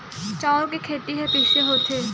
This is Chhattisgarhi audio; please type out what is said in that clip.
चांउर के खेती ह कइसे होथे?